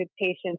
patients